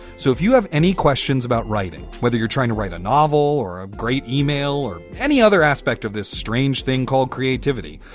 so if you have any questions about writing, whether you're trying to write a novel or a great e-mail or any other aspect of this strange thing called creativity,